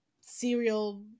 serial